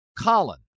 Colin